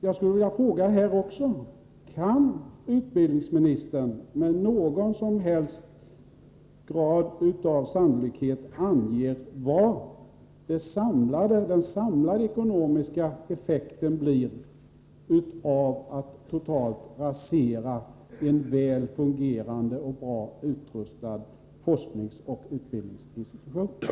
Jag vill fråga: Kan utbildningsministern med någon som helst grad av sannolikhet ange vad den samlade ekonomiska effekten blir av att totalt rasera en väl fungerande och bra utrustad forskningsoch utbildningsinstitution?